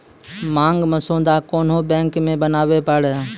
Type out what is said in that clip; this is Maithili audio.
मांग मसौदा कोन्हो बैंक मे बनाबै पारै